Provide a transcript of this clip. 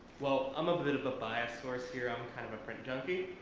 well i'm a bit of a bias source here, i'm kind of print junkie,